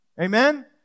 Amen